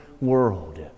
world